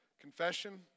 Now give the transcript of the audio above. confession